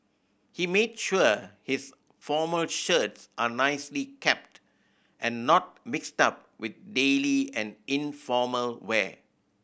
he made sure his formal shirts are nicely kept and not mixed up with daily and informal wear